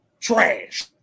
Trash